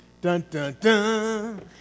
Dun-dun-dun